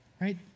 Right